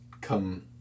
come